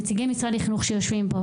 נציגי משרד החינוך שיושבים פה.